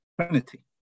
trinity